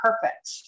perfect